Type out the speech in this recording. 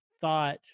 thought